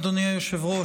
אדוני היושב-ראש,